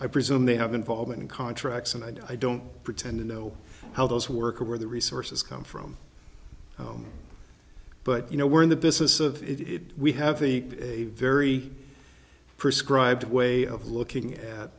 i presume they have involvement in contracts and i don't pretend to know how those work or where the resources come from but you know we're in the business of it we have the a very prescribed way of looking at